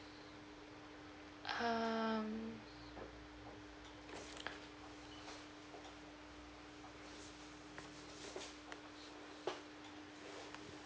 um